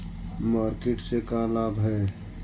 Market से का लाभ है?